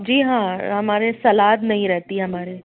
जी हाँ हमारी सलाद नहीं रहती हमारी